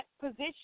position